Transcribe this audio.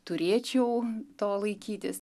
turėčiau to laikytis